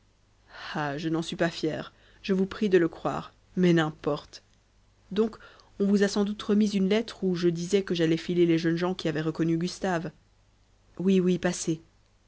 ah je n'en suis pas fier je vous prie de le croire mais n'importe donc on vous a sans doute remis une lettre où je vous disais que j'allais filer les jeunes gens qui avaient reconnu gustave oui oui passez